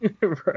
Right